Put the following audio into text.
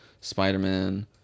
Spider-Man